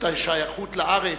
את השייכות לארץ,